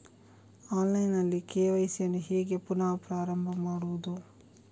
Online ನಲ್ಲಿ KYC ಯನ್ನು ಹೇಗೆ ಪುನಃ ಪ್ರಾರಂಭ ಮಾಡುವುದು?